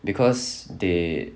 because they